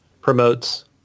promotes